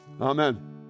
Amen